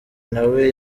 nawe